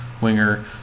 winger